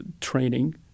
training